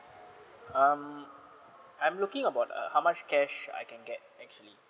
um I'm looking about uh how much cash I can get actually